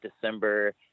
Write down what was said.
december